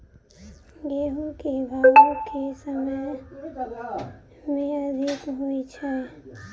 गेंहूँ केँ भाउ केँ समय मे अधिक होइ छै?